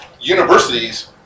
universities